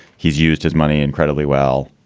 he's used his money incredibly well.